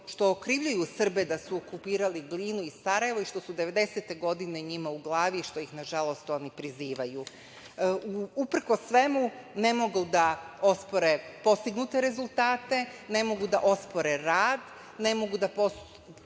što okrivljuju Srbe da su okupirali Glinu i Sarajevo i što su devedesete godine njima u glavi, što ih nažalost oni prizivaju. Uprkos svemu, ne mogu da ospore postignute rezultate, ne mogu da ospore rad, ne mogu da ospore